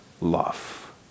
love